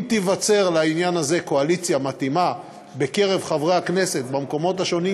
אם תיווצר לעניין הזה קואליציה מתאימה בקרב חברי הכנסת במקומות השונים,